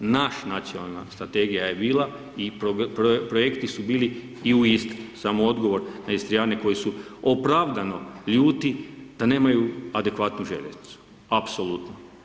Naša nacionalna strategija je bila i projekti su bili i u Istri, samo odgovor na Istriane koji su opravdano ljudi da nemaju adekvatnu željeznicu, apsolutno.